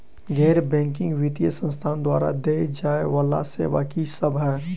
गैर बैंकिंग वित्तीय संस्थान द्वारा देय जाए वला सेवा की सब है?